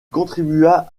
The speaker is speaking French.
contribua